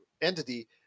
entity